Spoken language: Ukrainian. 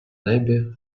небі